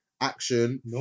action